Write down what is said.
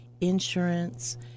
insurance